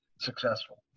successful